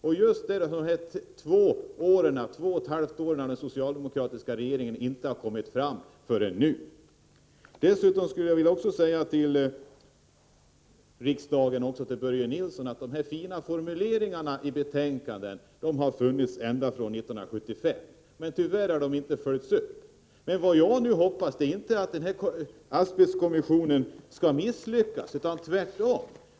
Men den socialdemokratiska regeringen har under sina två och ett halvt år inte kommit fram till detta förrän nu. Dessutom vill jag säga till Börje Nilsson att de fina formuleringarna i betänkandet har funnits ända sedan 1975. Tyvärr har de inte följts upp. Vad jag nu hoppas är inte att asbestkommissionen skall misslyckas, tvärtom.